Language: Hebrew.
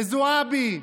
לזועבי,